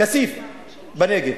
כסיף, בנגב.